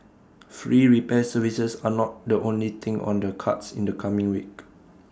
free repair services are not the only thing on the cards in the coming week